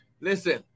Listen